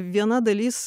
viena dalis